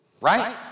right